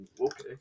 okay